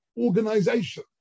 organization